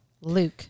Luke